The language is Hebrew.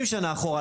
50 שנה אחורה.